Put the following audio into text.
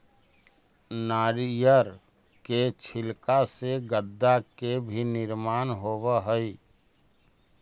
नारियर के छिलका से गद्दा के भी निर्माण होवऽ हई